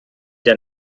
der